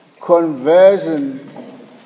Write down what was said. conversion